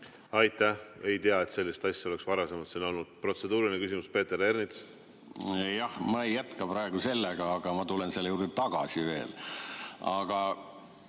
Aitäh! Ei tea, et sellist asja oleks varem siin olnud. Protseduuriline küsimus, Peeter Ernits. Jah, ma ei jätka praegu sellega, aga ma tulen selle juurde veel